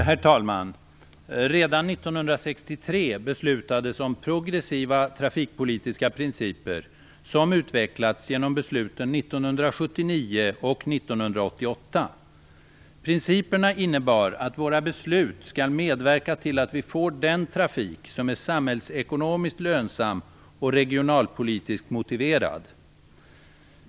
Herr talman! Redan 1963 beslutades om progressiva trafikpolitiska principer som utvecklats genom besluten 1979 och 1988. Principerna innebär att våra beslut skall medverka till att vi får den trafik som är samhällsekonomiskt lönsam och regionalpolitiskt motiverad.